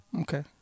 Okay